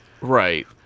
right